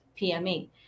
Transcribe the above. PME